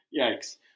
Yikes